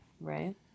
Right